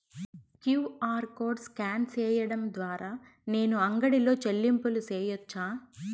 QR code scan సేయడం ద్వారా నేను అంగడి లో చెల్లింపులు సేయొచ్చా?